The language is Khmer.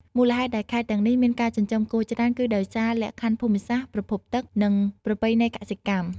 មូលហេតុដែលខេត្តទាំងនេះមានការចិញ្ចឹមគោច្រើន គឺដោយសារ លក្ខខណ្ឌភូមិសាស្ត្រ ប្រភពទឹក និងប្រពៃណីកសិកម្ម។